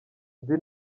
nzi